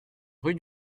rue